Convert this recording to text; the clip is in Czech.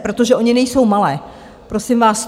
Protože ony nejsou malé, prosím vás.